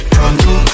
Pronto